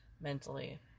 mentally